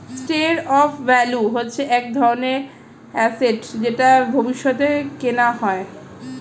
store of value হচ্ছে এক ধরনের অ্যাসেট যেটা ভবিষ্যতে কেনা যায়